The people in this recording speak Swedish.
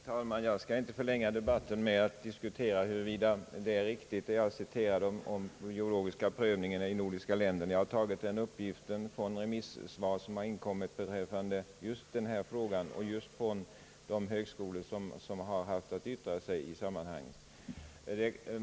Herr talman! Jag skall inte förlänga debatten med att diskutera huruvida det är riktigt det jag citerade om den biologiska prövningen i de nordiska länderna. Jag hade tagit den uppgiften bl.a. från remissvar som inkommit beträffande just denna fråga från de högskolor som haft att yttra sig i sammanhanget.